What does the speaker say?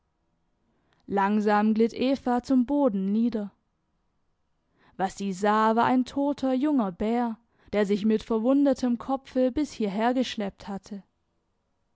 langsam glitt eva zum boden nieder was sie sah war ein toter junger bär der sich mit verwundetem kopfe bis hierher geschleppt hatte